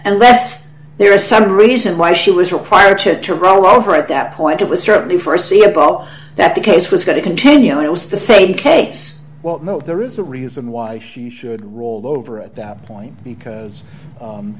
unless there is some reason why she was required to rollover at that point it was certainly foreseeable that the case was going to continue it was the same case well no there is a reason why she should roll over at that point because